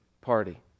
party